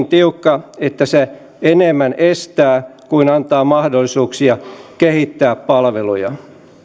tiukka että se enemmän estää kuin antaa mahdollisuuksia kehittää palveluja